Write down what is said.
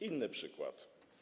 Inny przykład.